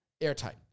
airtight